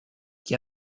che